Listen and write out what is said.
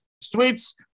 streets